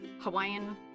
Hawaiian